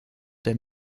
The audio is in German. der